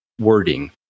wording